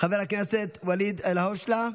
חבר הכנסת ואליד אלהואשלה,